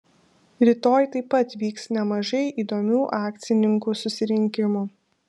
rytoj taip pat vyks nemažai įdomių akcininkų susirinkimų